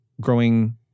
Growing